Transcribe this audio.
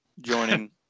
joining